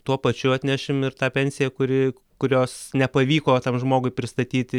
tuo pačiu atnešim ir tą pensiją kuri kurios nepavyko tam žmogui pristatyti